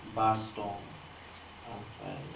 बास दं आमफ्राय